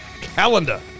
calendar